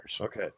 Okay